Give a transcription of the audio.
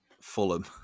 Fulham